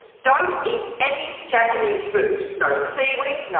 don't eat any japanese food. no seaweed.